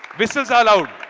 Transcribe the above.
whistles allowed.